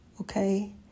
okay